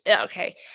okay